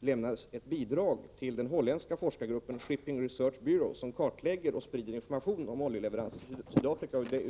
lämnar ett bidrag till den holländska forskargruppen Shipping Research Bureau, som kartlägger och sprider information om oljeleveranser till Sydafrika.